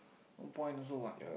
no point also what